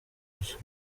gusoma